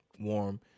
warm